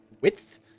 width